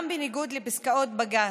גם בניגוד לפסיקות בג"ץ.